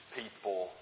people